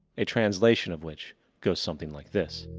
a translation of which goes something like this